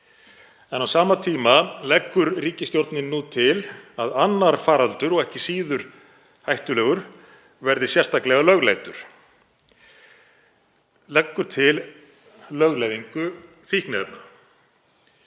En á sama tíma leggur ríkisstjórnin nú til að annar faraldur og ekki síður hættulegur verði sérstaklega lögleiddur, leggur til lögleiðingu fíkniefna.